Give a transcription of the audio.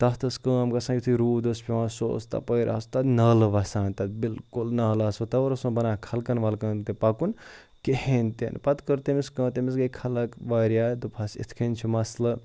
تَتھ ٲس کٲم گژھان یُتھُے روٗد اوس پٮ۪وان سُہ اوس تَپٲرۍ آسہٕ تَتھ نالہٕ وَسان تَتھ بلکل نالہٕ آسوٕ تورٕ اوس نہٕ بَنان خلقَن وَلقَن تہِ پَکُن کِہیٖنۍ تہِ نہٕ پَتہٕ کٔر تٔمِس کٲم تٔمِس گٔے خلق واریاہ دوٚپہَس یِتھ کٔنۍ چھُ مسلہٕ